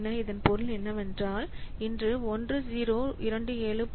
இதன் பொருள் என்னவென்றால் இன்று 1027